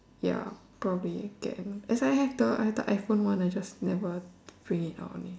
ya probably get as I have the I have the iPhone one I just never bring it out only